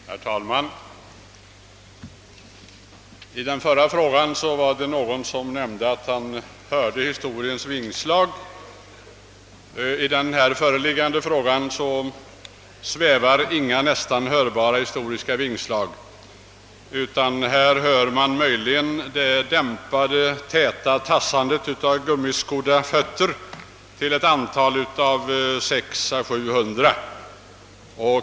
Herr talman! Under debatten i den förra frågan var det någon som nämnde att han hörde historiens vingslag. I det nu föreliggande ärendet susar inga hörbara historiska vingslag; här hör man möjligen det dämpade, täta tassandet av gummiskodda fötter till ett antal av 600 å 700.